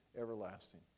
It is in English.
everlasting